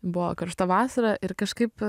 buvo karšta vasara ir kažkaip